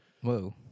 Whoa